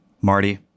Marty